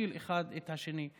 להכשיל אחד את השני.